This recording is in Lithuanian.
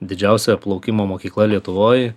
didžiausia plaukimo mokykla lietuvoj